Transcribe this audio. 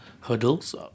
hurdles